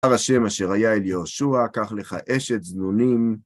השם אשר היה אל יהושוע, קח לך אשת, זנונים.